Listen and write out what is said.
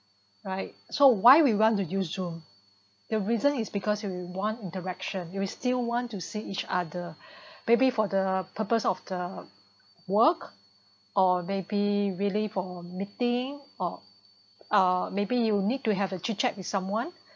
right so why we want to use zoom the reason is because we want interaction if we still want to see each other maybe for the purpose of the work or maybe really for meeting or uh maybe you need to have a chit chat with someone